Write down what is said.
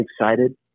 excited